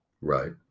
right